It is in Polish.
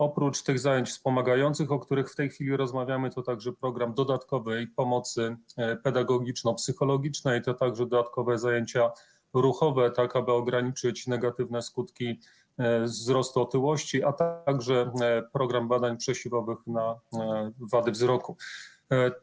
Oprócz zajęć wspomagających, o których w tej chwili rozmawiamy, to także program dodatkowej pomocy pedagogiczno-psychologicznej, to także dodatkowe zajęcia ruchowe, tak aby ograniczyć negatywne skutki wzrostu otyłości, a także program badań przesiewowych, jeśli chodzi o wady wzroku.